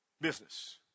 business